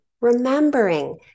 remembering